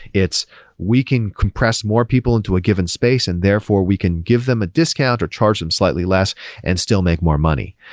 it's we can compress more people into a given space, and therefore we can give them a discount or charge them slightly less and still make more money.